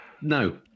No